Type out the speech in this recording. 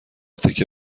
تکه